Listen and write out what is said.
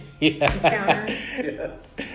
yes